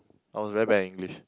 I was very bad in English